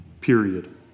Period